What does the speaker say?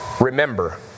Remember